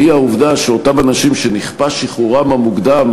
והיא העובדה שאותם אנשים שנכפה שחרורם המוקדם,